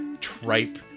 tripe